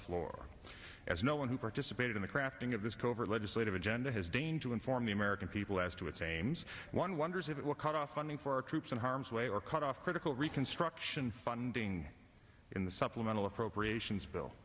floor as no one who participated in the crafting of this covert legislative agenda has danger inform the american people as to its aims one wonders if it will cut off funding for our troops in harm's way or cut off critical reconstruction funding in the supplemental appropriations bill